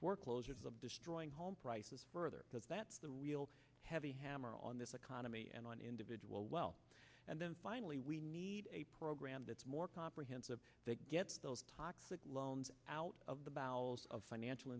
foreclosure of destroying home prices further because that's the real heavy hammer on this economy and on individual well and then finally we need a program that's more comprehensive that gets those toxic loans out of the bowels of financial